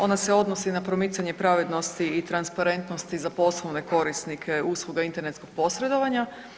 Ona se odnosi na promicanje pravednosti i transparentnosti za poslovne korisnike usluga internetskog posredovanja.